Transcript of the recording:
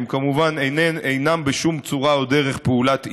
הם כמובן אינם בשום צורה או דרך פעולת איסוף.